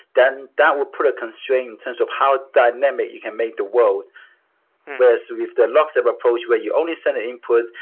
then that would put a constraint in terms of how dynamic you can make the world. whereas with the lockstep approach where you only send the input,